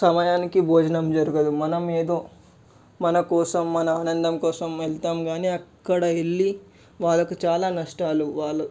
సమయానికి భోజనం జరగదు మనమేదో మనకోసం మన ఆనందంకోసం వెళతాం కాని అక్కడికి వెళ్ళి వాళ్ళకు చాలా నష్టాలు వాళ్ళ